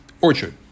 Orchard